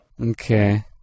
Okay